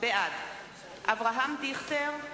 בעד אברהם דיכטר,